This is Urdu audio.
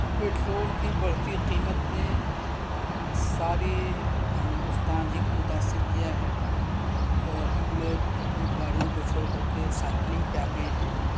پٹرول کی بڑھتی قیمت نے سارے ہندوستان ہی کو متاثر کیا ہے اور ہم لوگ اب گاڑیوں کو چھوڑ کر کے سائیکلنگ پہ آ گئے ہیں